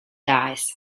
dies